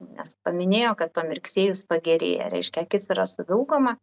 nes paminėjo kad pamirksėjus pagerėja reiškia akis yra suvilgoma